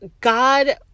God